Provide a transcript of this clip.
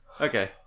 Okay